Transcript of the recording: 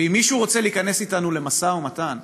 ואם מישהו רוצה להיכנס איתנו למשא ומתן,